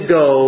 go